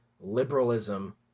liberalism